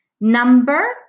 number